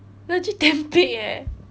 legit damn big eh